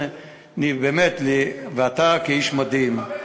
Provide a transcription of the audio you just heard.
זה באמת, ואתה, כאיש מדים,